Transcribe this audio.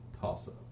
toss-up